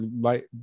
light